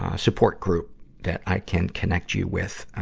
support group that i can connect you with,